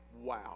Wow